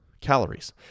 calories